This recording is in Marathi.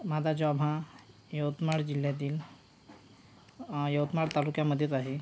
माझा जॉब हा यवतमाळ जिल्ह्यातील यवतमाळ तालुक्यामध्येच आहे